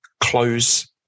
close